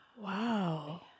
Wow